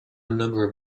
number